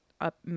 up